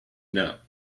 know